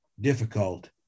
difficult